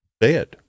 dead